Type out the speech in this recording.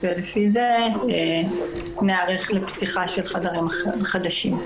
ולפי זה ניערך לפתיחה של חדרים חדשים.